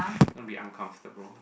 going to be uncomfortable